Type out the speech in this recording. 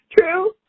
true